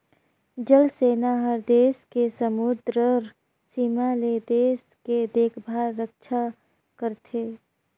जल सेना हर देस के समुदरर सीमा ले देश के देखभाल रक्छा करथे